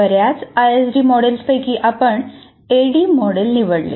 बऱ्याच आयएसडी मॉडेल्सपैकी आपण ऍडी मॉडेल निवडले